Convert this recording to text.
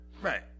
Right